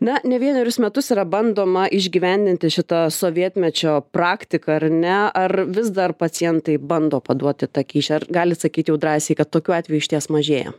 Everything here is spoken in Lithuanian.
na ne vienerius metus yra bandoma išgyvendinti šitą sovietmečio praktiką ar ne ar vis dar pacientai bando paduoti tą kyšį ar galit sakyt jau drąsiai kad tokių atvejų išties mažėja